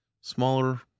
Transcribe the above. Smaller